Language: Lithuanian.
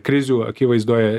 krizių akivaizdoje